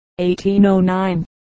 1809